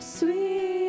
Sweet